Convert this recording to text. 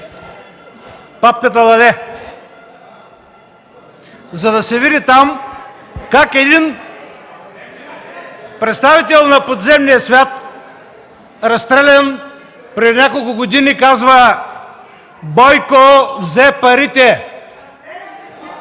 папката „Лале”, за да се види там как един представител на подземния свят, разстрелян преди няколко години, казва: „Бойко взе парите.”